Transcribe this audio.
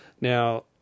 Now